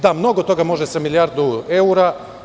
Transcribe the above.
Da, mnogo toga može sa milijardu evra.